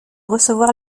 recevoir